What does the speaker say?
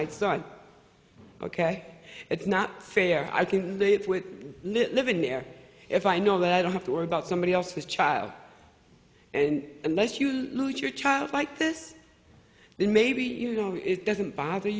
start ok it's not fair i can live with living there if i know that i don't have to worry about somebody else's child and unless you lose your child like this then maybe you know it doesn't bother